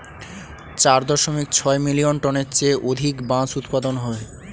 চার দশমিক ছয় মিলিয়ন টনের চেয়ে অধিক বাঁশ উৎপাদন হয়